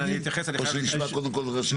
או שנשמע קודם כל ראשי רשויות?